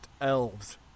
elves